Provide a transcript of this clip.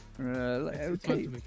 Okay